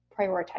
prioritize